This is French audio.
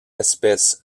espèces